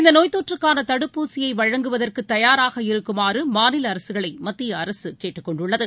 இந்தநோய் தொற்றுக்கானதடுப்பூசியைவழங்குவதற்குதயாராக இருக்குமாறுமாநிலஅரசுகளைமத்தியஅரசுகேட்டுக் கொண்டுள்ளது